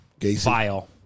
vile